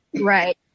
Right